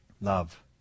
Love